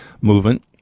movement